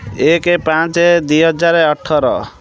ଏକ ପାଞ୍ଚ ଦୁଇ ହଜାର ଅଠର